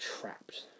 trapped